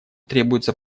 требуются